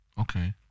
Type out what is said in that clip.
Okay